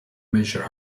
measure